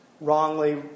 wrongly